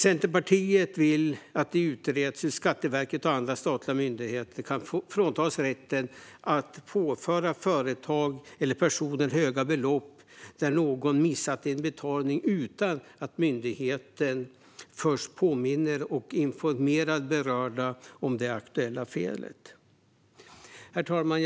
Centerpartiet vill att det utreds hur Skatteverket och andra statliga myndigheter kan fråntas rätten att påföra företag eller personer höga belopp då någon missat en betalning utan att myndigheten först påminner och informerar berörda om det aktuella felet. Herr talman!